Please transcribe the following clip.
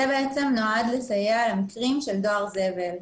זה בעצם נועד לסייע למקרים של דואר זבל.